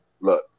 look